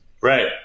Right